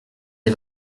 des